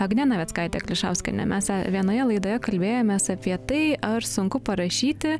agne navickaite klišauskiene mes vienoje laidoje kalbėjomės apie tai ar sunku parašyti